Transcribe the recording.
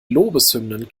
lobeshymnen